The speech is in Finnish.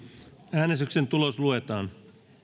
äänestyksen tulos luetaan